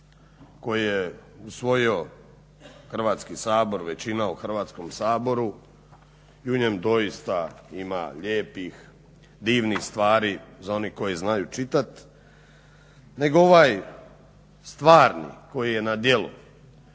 koji je usvojio Hrvatski sabor većina u Hrvatskom saboru i u njem doista ima lijepih, divnih stvari za one koji znaju čitati, nego ovaj stvarni koji je na djelu.